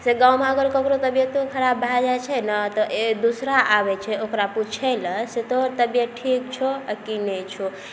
से गाँवमे अगर ककरो तबियतो खराब भऽ जाइ छै ने तइ दोसरा आबै छै ओकरा पुछैलए से तोहर तबियत ठीक छौ आ कि नहि छौ